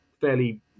fairly